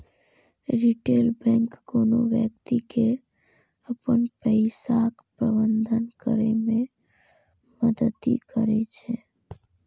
retail bank कोनो व्यक्ति के अपन पैसाक प्रबंधन करै मे मदति करै छै